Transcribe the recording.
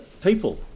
People